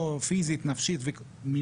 ונמצאים יותר בכלים היום.